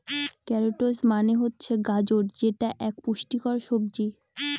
carrots মানে হচ্ছে গাজর যেটা এক পুষ্টিকর সবজি